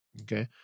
Okay